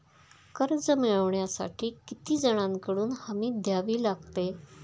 कर्ज मिळवण्यासाठी किती जणांकडून हमी द्यावी लागते?